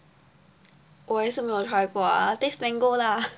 我也是没有 try 过 lah taste mango lah